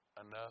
enough